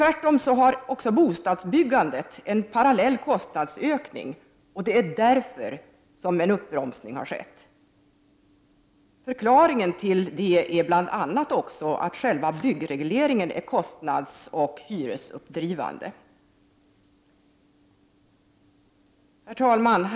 Även bostadsbyggandet har haft en parallell kostnadsökning, och det är därför som en uppbromsning har skett. Förklaringen till detta är bl.a. att själva byggregleringen är kostnadsoch hyresuppdrivande. Herr talman!